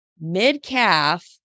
mid-calf